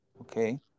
okay